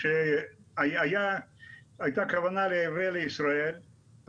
שגם נכון להיום כשאנחנו מייבאים משלוחים